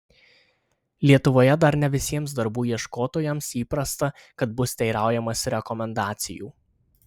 lietuvoje dar ne visiems darbų ieškotojams įprasta kad bus teiraujamasi rekomendacijų